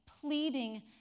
pleading